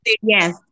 Yes